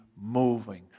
moving